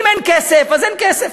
אם אין כסף אז אין כסף,